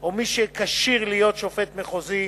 או מי שכשיר להיות שופט מחוזי,